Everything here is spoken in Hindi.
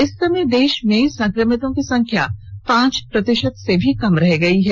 इस समय देश में संक्रमितों की संख्या पांच प्रतिशत से भी कम रह गई है